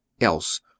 else